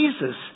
Jesus